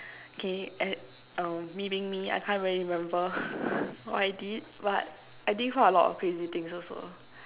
okay uh me being me I can't really remember what I did but I did quite a lot of crazy things also